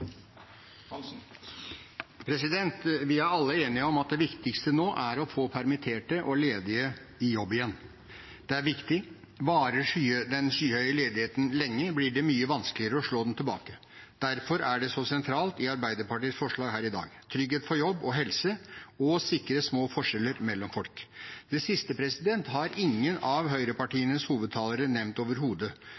Vi er alle enige om at det viktigste nå er å få permitterte og ledige i jobb igjen. Det er viktig. Varer den skyhøye ledigheten lenge, blir det mye vanskeligere å slå den tilbake. Derfor er det så sentralt i Arbeiderpartiets forslag her i dag – trygghet for jobb og helse og å sikre små forskjeller mellom folk. Det siste har ingen av